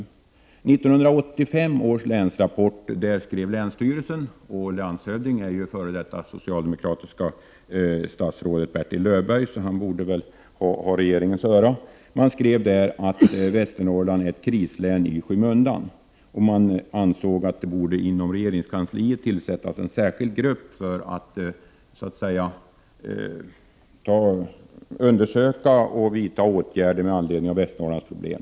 I 1985 års länsrapport skrev länsstyrelsen — vår landshövding är ju f.d. socialdemokratiska statsrådet Bertil Löfberg, så han borde ha regeringens öra — att Västernorrland är ett krislän i skymundan. Man ansåg att det inom regeringskansliet borde tillsättas en särskild grupp för att undersöka förhållandena och vidta åtgärder med anledning av Västernorrlands problem.